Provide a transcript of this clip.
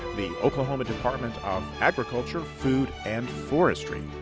the oklahoma department of agriculture, food and forestry,